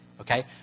okay